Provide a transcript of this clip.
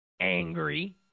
angry